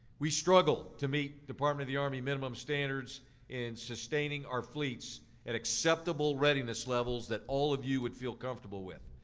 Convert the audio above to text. we struggle to meet the department of the army minimum standards in sustaining our fleets at acceptable readiness levels that all of you would feel comfortable with.